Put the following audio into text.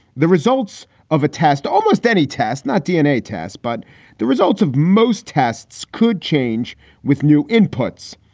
the results of a test, almost any test, not dna tests, but the results of most tests could change with new inputs.